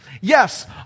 Yes